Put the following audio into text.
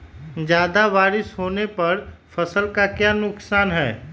ज्यादा बारिस होने पर फसल का क्या नुकसान है?